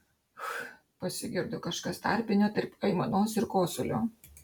ch pasigirdo kažkas tarpinio tarp aimanos ir kosulio